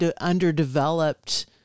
underdeveloped